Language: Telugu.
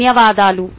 ధన్యవాదాలు